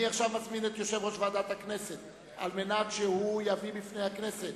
אני מזמין את יושב-ראש ועדת הכנסת להביא בפני הכנסת